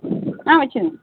ஆ வச்சுருங்க